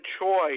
choice